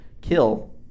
kill